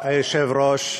מכובדי היושב-ראש,